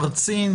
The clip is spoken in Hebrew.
ארצין.